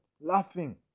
laughing